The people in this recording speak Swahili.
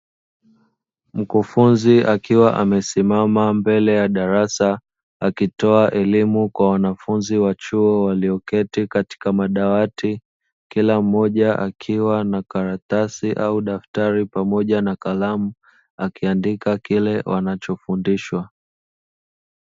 Mkufunzi akiwa amesimama mbele ya darasa akitoa elimu kwa wanafunzi wa chuo walioketi katika madawati, kila mmoja akiwa na karatasi au daftari pamoja na kalamu akiandika kile wanachofundishwa.